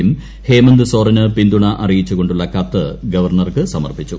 യും ഹേമന്ത് സോറന് പിൻന്തുണ അറിയിച്ചുകൊണ്ടുള്ള കത്ത് ഗവർണ്ണർക്ക് സമർപ്പിച്ചു